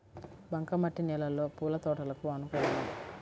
బంక మట్టి నేలలో పూల తోటలకు అనుకూలమా?